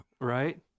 Right